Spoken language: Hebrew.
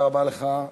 מי נותן את הנדוניה,